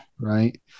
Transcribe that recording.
right